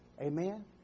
Amen